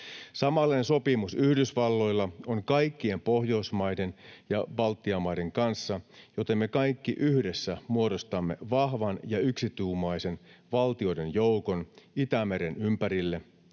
Samanlainen sopimus Yhdysvalloilla on kaikkien Pohjoismaiden ja Baltian maiden kanssa, joten me kaikki yhdessä muodostamme Itämeren ympärille vahvan ja yksituumaisen valtioiden joukon, joka